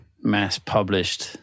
mass-published